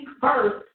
first